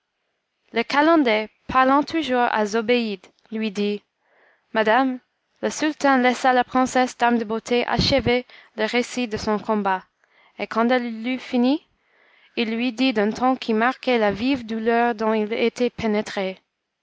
le calender parlant toujours à zobéide lui dit madame le sultan laissa la princesse dame de beauté achever le récit de son combat et quand elle l'eut fini il lui dit d'un ton qui marquait la vive douleur dont il était pénétré